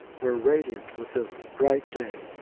were radiant with the bright day,